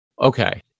Okay